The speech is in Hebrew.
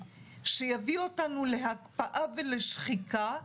שיביא אותנו להקפאה ולשחיקה,